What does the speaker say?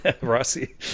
Rossi